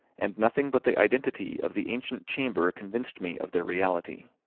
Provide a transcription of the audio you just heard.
and nothing but the identity of the ancient chamber convinced me of their reality.